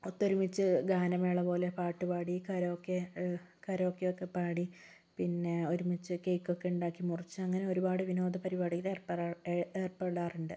ഒത്തൊരുമിച്ച് ഗാനമേള പോലെ പാട്ടുപാടി കരോക്കെ കരോക്കെ ഒക്കെ പാടി പിന്നെ ഒരുമിച്ച് കേക്ക് ഒക്കെ ഉണ്ടാക്കി മുറിച്ച് അങ്ങനെ ഒരുപാട് വിനോദ പരിപാടിയിൽ ഏർപ്പറ എ ഏർപ്പെടാറുണ്ട്